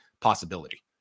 possibility